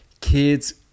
kids